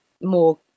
more